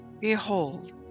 Behold